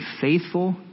faithful